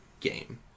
game